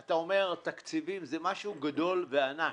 אתה אומר תקציבים אבל תקציבים זה משהו גדול וענק.